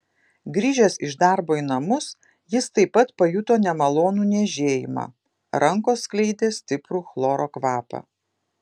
grįžęs iš darbo į namus jis taip pat pajuto nemalonų niežėjimą rankos skleidė stiprų chloro kvapą